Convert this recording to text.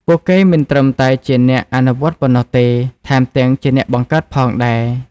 ពួកគេមិនត្រឹមតែជាអ្នកអនុវត្តប៉ុណ្ណោះទេ ថែមទាំងជាអ្នកបង្កើតផងដែរ។